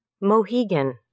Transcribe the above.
Mohegan